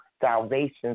salvation